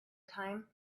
time